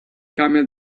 camel